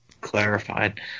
clarified